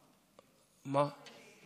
מה הוא הביא?